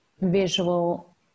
visual